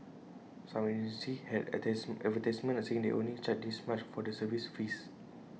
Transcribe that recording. some agencies had advertisements saying they only charge this much for the service fees